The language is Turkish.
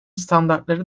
standartları